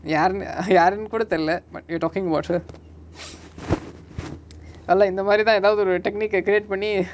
யாருனு:yaarunu ah uh யாருனு கூட தெரில:yaarunu kooda therila but you're talking about her அதுல இந்தமாரிதா எதாவது ஒரு:athula inthamaritha ethavathu oru technic ah create பன்னி:panni